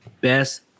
best